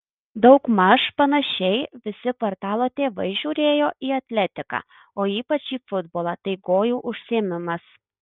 daugmaž panašiai visi kvartalo tėvai žiūrėjo į atletiką o ypač į futbolą tai gojų užsiėmimas